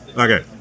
Okay